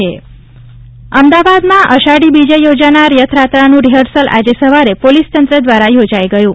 ભાવનગર રથયાત્રા અમદાવાદમાં અષાઢી બીજે યોજાનાર રથયાત્રાનું રિહર્સલ આજે સવારે પોલીસતંત્ર દ્વારા યોજાઇ ગયું